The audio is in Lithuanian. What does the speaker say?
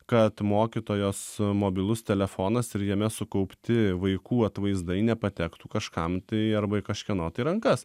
kad mokytojos mobilus telefonas ir jame sukaupti vaikų atvaizdai nepatektų kažkam tai arba į kažkieno rankas